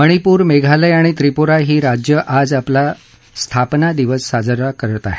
मणिपूर मेघालय आणि त्रिपूरा ही राज्य आज आपला राज्यस्थापना दिवस साजरा करत आहे